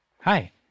Hi